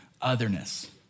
otherness